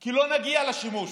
כי לא נגיע לשימוש